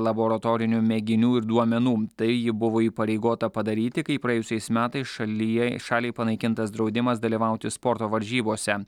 laboratorinių mėginių ir duomenų tai ji buvo įpareigota padaryti kai praėjusiais metais šalyje šaliai panaikintas draudimas dalyvauti sporto varžybose